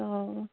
অঁ